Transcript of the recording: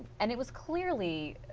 and it was clearly